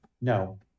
No